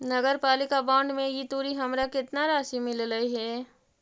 नगरपालिका बॉन्ड में ई तुरी हमरा केतना राशि मिललई हे?